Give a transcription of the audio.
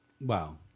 Wow